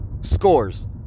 scores